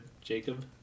Jacob